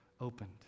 opened